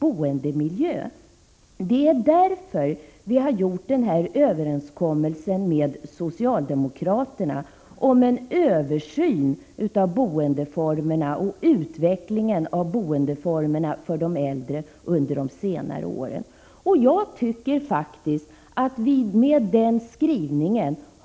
Om hemtjänsttaxan skall vara graderad, skall det ske en bedömning enbart utifrån den egna ekonomin. Färdtjänsten kännetecknas också av stora orättvisor mellan kommunerna.